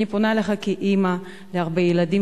אני פונה אליך כאמא להרבה ילדים,